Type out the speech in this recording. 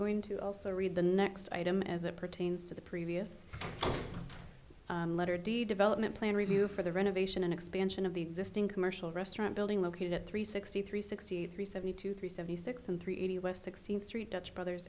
going to also read the next item as it pertains to the previous letter d development plan review for the renovation and expansion of the existing commercial restaurant building located at three sixty three sixty three seventy two three seventy six and three eighty west sixteenth street dutch brothers